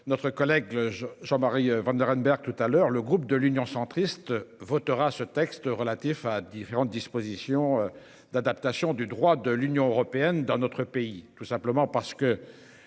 notre collègue le jeu Jean-Marie. Vanlerenberghe tout à l'heure, le groupe de l'Union centriste votera ce texte relatif à différentes dispositions d'adaptation du droit de l'Union Européenne dans notre pays. Tout simplement parce que